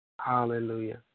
Hallelujah